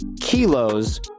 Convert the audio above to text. kilos